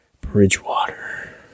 bridgewater